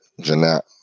Jeanette